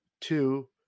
two